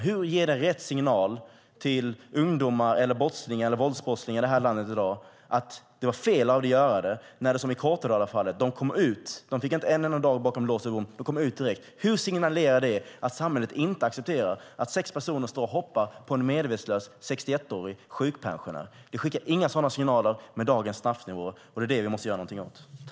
Hur ger det rätt signal till ungdomar, brottslingar eller som i det här fallet våldsbrottslingar i landet i dag att det är fel att göra det när de som i Kortedalafallet kom ut? De fick inte en enda dag bakom lås och bom, utan de kom ut direkt. Hur signalerar det att samhället inte accepterar att sex personer står och hoppar på en medvetslös 61-årig sjukpensionär? Men dagens straffnivåer skickas inga sådana signaler. Det måste vi göra någonting åt.